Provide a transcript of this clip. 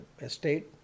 estate